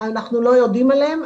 אנחנו לא יודעים עליהם,